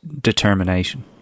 determination